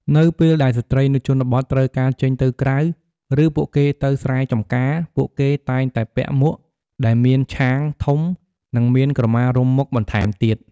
នៅពេលដែលស្ត្រីនៅជនបទត្រូវការចេញទៅក្រៅ ឬពួកគេទៅស្រែចំការពួកគេតែងតែពាក់មួកដែលមានឆាងធំនិងមានក្រមារុំមុខបន្ថែមទៀត។